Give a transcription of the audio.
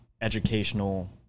educational